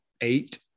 eight